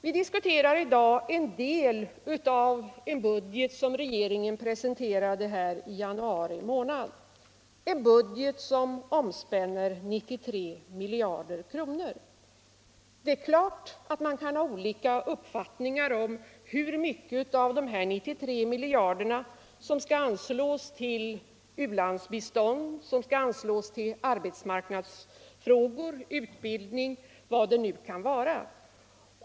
Vi diskuterar i dag en del av en budget, som regeringen presenterade för riksdagen i januari och som omspänner 93 miljarder kronor. Det är klart att man kan ha olika uppfattningar om hur mycket av dessa 93 miljarder som skall anslås till u-landsbistånd, till arbetsmarknadsinsatser, till utbildning eller vad det nu kan vara.